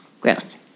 Gross